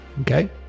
okay